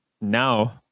now